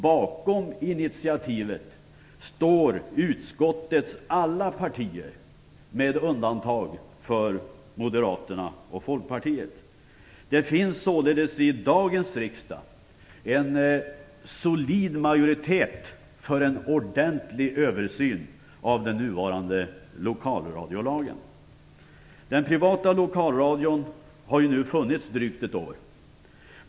Bakom initiativet står utskottets alla partier med undantag för Moderaterna och Folkpartiet. Det finns således i dagens riksdag en solid majoritet för en ordentlig översyn av den nuvarande lokalradiolagen. Den privata lokalradion har nu funnits i drygt ett år.